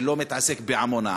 ולא נתעסק בעמונה,